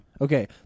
Okay